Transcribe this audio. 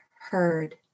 heard